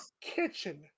kitchen